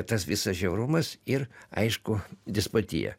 tas visas žiaurumas ir aišku despotija